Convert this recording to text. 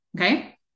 Okay